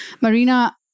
Marina